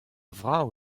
vrav